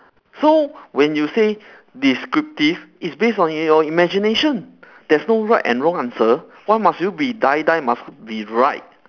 so when you say descriptive it's based on your imagination there's no right and wrong answer why must you be die die must be right